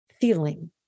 feeling